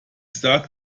sage